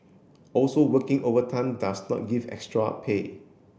also working overtime does not give extra pay